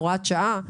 הוראת שעה.